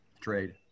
trade